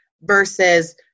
versus